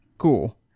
Cool